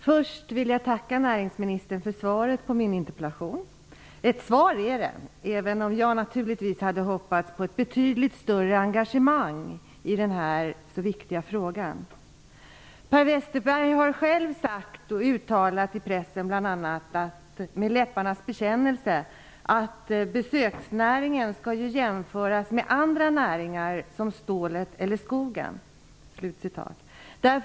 Fru talman! Jag vill först tacka näringsministern för svaret på min interpellation. Det är ett svar, även om jag naturligtvis hade hoppats på ett betydligt större engagemang i denna så viktiga fråga. Per Westerberg har själv med en läpparnas bekännelse sagt och i pressen uttalat bl.a. att besöksnäringen skall jämföras med andra näringar, som stål eller skogsnäringen.